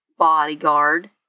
Bodyguard